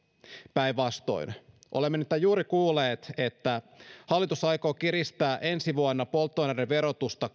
päinvastoin olemme nimittäin juuri kuulleet että hallitus aikoo kiristää ensi vuonna polttoaineiden verotusta